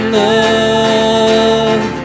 love